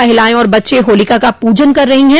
महिलायें और बच्चे होलिका का पूजन कर रहे हैं